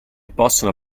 possono